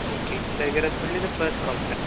ठीके काय गरज पडली तर परत कॉल करा